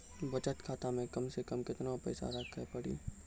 बचत खाता मे कम से कम केतना पैसा रखे पड़ी?